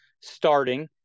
starting